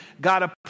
God